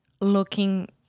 looking